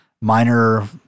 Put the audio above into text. minor